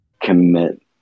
commit